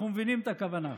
אנחנו מבינים את הכוונה.